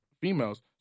females